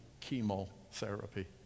chemotherapy